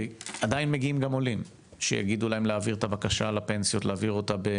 עדיין מגיעים גם עולים שיגידו להם להעביר את הבקשה על הפנסיות באירו,